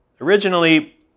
Originally